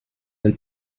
del